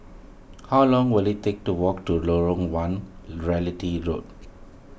how long will it take to walk to Lorong one Realty Road